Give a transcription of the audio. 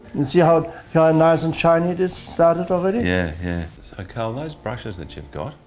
and see how yeah nice and shiny it is started already. yeah. so carl, those brushes that you've got,